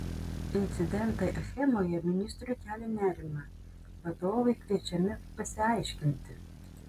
incidentai achemoje ministrui kelia nerimą vadovai kviečiami pasiaiškinti